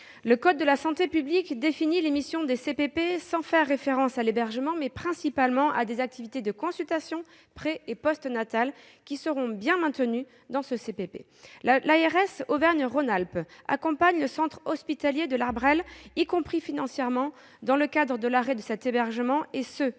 Le code de la santé publique définit les missions des CPP, sans faire référence à de l'hébergement, mais en mentionnant principalement des activités de consultations pré et postnatales, qui seront bien maintenues dans ce centre. L'agence régionale de santé Auvergne-Rhône-Alpes accompagne le centre hospitalier de L'Arbresle, y compris financièrement, dans le cadre de l'arrêt de cet hébergement, et ce